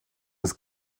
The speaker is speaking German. des